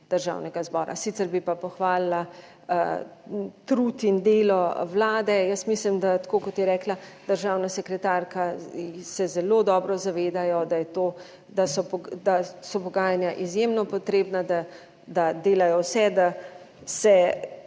Državnega zbora. Sicer bi pa pohvalila trud in delo vlade. Jaz mislim, da je tako, kot je rekla državna sekretarka, da se zelo dobro zavedajo, da so pogajanja izjemno potrebna, da delajo vse, da se